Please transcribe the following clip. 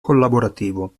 collaborativo